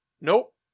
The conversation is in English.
Nope